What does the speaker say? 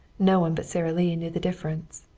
no one but sara lee knew the difference.